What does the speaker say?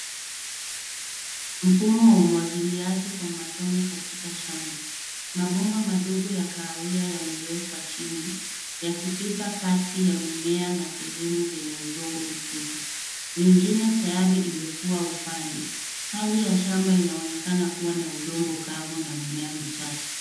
Mfumo wa umwagiliaji kwa matone katika shamba. Mbomba madogo ya kahawia yamewekwa chini yakipita kati ya mimea na sehemu zenye udongo mtupu. Mingine tayari imekuwa upande. Hali ya shamba inaonekana kuwa na udongo kavu na mimea michache.